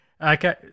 Okay